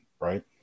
right